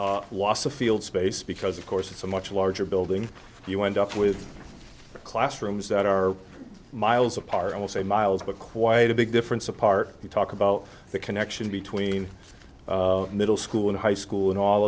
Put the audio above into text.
wasa field space because of course it's a much larger building you end up with classrooms that are miles apart i will say miles but quite a big difference apart you talk about the connection between middle school and high school and all